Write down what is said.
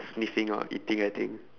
sniffing or eating I think